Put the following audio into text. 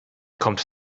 kommt